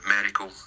medical